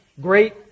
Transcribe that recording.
great